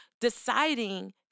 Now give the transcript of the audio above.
deciding